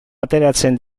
ateratzen